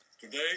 today